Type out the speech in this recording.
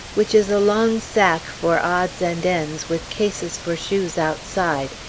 which is a long sack for odds and ends with cases for shoes outside,